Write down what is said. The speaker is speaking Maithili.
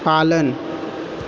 पालन